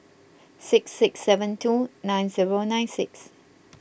six six seven two nine zero nine six